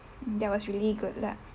that was really good lah